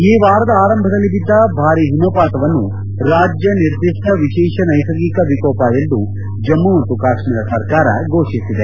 ಈ ವಾರದ ಆರಂಭದಲ್ಲಿ ಬಿದ್ದ ಭಾರಿ ಹಿಮಪಾತವನ್ನು ರಾಜ್ಯ ನಿರ್ದಿಷ್ಟ ವಿಶೇಷ ನೈಸರ್ಗಿಕ ವಿಕೋಪ ಎಂದು ಜಮ್ನು ಮತ್ತು ಕಾಶ್ಲೀರ ಸರ್ಕಾರ ಫೋಷಿಸಿದೆ